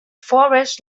forest